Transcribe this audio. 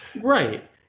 Right